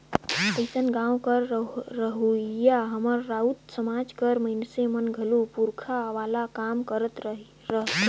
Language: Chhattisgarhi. अइसने गाँव कर रहोइया हमर राउत समाज कर मइनसे मन घलो पूरखा वाला काम करत रहथें